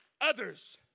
Others